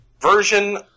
version